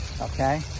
Okay